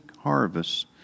harvests